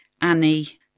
Annie